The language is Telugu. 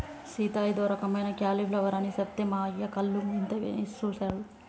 సీత ఇదో రకమైన క్యాలీఫ్లవర్ అని సెప్తే మా అయ్య కళ్ళు ఇంతనేసి సుసాడు